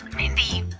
mindy,